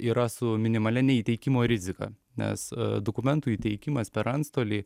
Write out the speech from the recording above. yra su minimalia neįteikimo rizika nes dokumentų įteikimas per antstolį